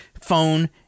phone